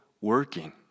working